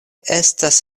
estas